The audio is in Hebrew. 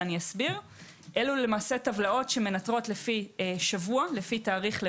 אלה טבלאות שמנטרות לפי שבוע, לפי תאריך.